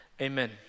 amen